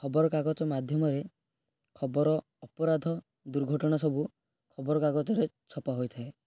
ଖବରକାଗଜ ମାଧ୍ୟମରେ ଖବର ଅପରାଧ ଦୁର୍ଘଟଣା ସବୁ ଖବରକାଗଜରେ ଛପା ହୋଇଥାଏ